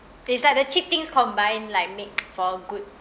it's like the cheap things combine like make for good